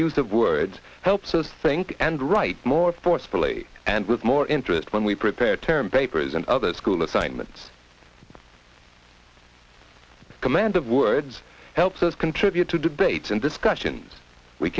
use of words helps us think and write more forcefully and with more interest when we prepare term papers and other school assignments the command of words helps us contribute to debates and discussions we